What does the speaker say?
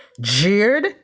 jeered